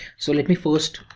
so let me first